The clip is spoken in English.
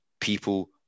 people